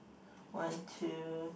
one two